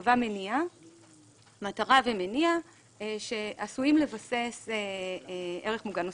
וקבע מטרה ומניע שעשויים לבסס ערך מוגן נוסף.